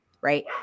right